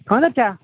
خانٛدَر چھا